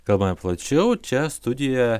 kalbame plačiau čia studijoje